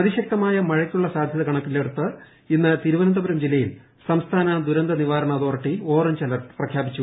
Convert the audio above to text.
അതിശക്തമായ മഴയ്ക്കുള്ള സാധ്യത കണക്കിലെടുത്ത് ഇന്ന് തിരുവനന്തപുരം ജില്ലയിൽ സംസ്ഥാന ദുരന്തനിവാരണ അതോറിറ്റി ഓറഞ്ച് അലെർട്ട് പ്രഖ്യാപിച്ചു